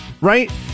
right